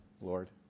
Lord